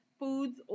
foods